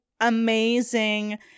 amazing